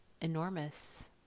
enormous